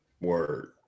Word